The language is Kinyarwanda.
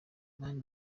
mani